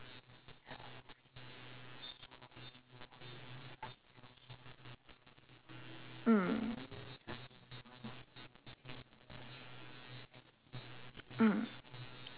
mm mm